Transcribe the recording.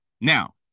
now